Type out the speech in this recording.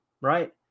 right